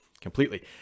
completely